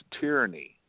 tyranny